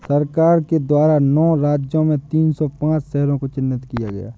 सरकार के द्वारा नौ राज्य में तीन सौ पांच शहरों को चिह्नित किया है